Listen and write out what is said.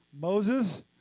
Moses